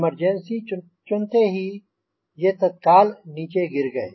emergency चुनते हाई ये तत्काल नीचे गिर गए